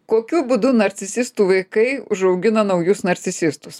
kokiu būdu narcisistų vaikai užaugina naujus narcisistus